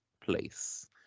place